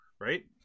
right